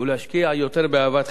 ולהשקיע יותר באהבת חינם,